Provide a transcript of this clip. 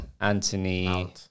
Anthony